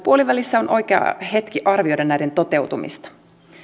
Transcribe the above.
puolivälissä on oikea hetki arvioida näiden toteutumista